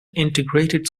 integrated